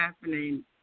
happening